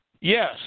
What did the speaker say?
yes